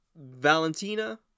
Valentina